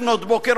לפנות בוקר,